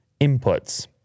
inputs